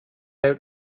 out